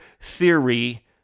theory